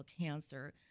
cancer